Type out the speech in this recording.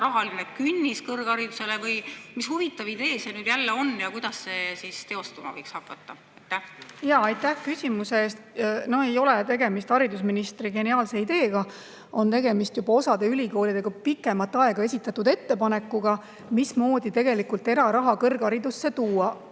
rahaline künnis kõrgharidusele või mis huvitav idee see nüüd on ja kuidas see teostuma võiks hakata? Aitäh küsimuse eest! No ei ole tegemist haridusministri geniaalse ideega. Tegemist on osa ülikoolide pikemat aega esitatud ettepanekuga, mismoodi eraraha kõrgharidusse tuua.